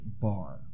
bar